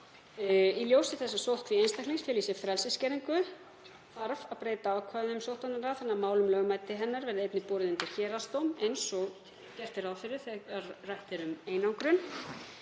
Í ljósi þess að sóttkví einstaklings felur í sér frelsisskerðingu þarf að breyta ákvæðum sóttvarnalaga þannig að mál um lögmæti hennar verði einnig borið undir héraðsdóm eins og gert er ráð fyrir þegar rætt er um einangrun.